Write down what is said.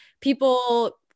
people